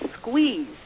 squeeze